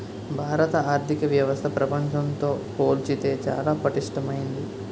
భారత ఆర్థిక వ్యవస్థ ప్రపంచంతో పోల్చితే చాలా పటిష్టమైంది